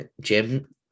Jim